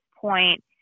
point